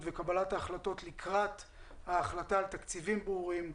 וקבלת ההחלטות לקראת ההחלטה על תקציבים ברורים,